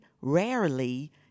rarely